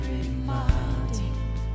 reminding